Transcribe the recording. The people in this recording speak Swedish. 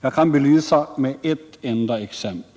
Jag kan belysa det med ett enda exempel.